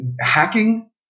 hacking